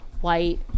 white